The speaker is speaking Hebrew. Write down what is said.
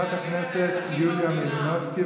חברת הכנסת יוליה מלינובסקי,